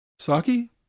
Saki